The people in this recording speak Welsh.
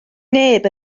neb